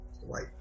White